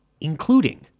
including